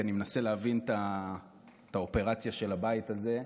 כי אני מנסה להבין את האופרציה של הבית הזה,